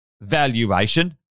valuation